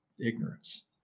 ignorance